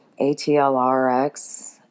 ATLRX